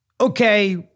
okay